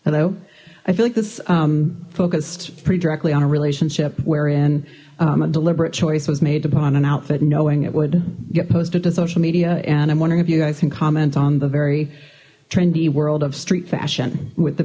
hello i feel like this focused pretty directly on a relationship we're in a deliberate choice was made to pon an outfit knowing it would get posted to social media and i'm wondering if you guys can comment on the very trendy world of street fashion with the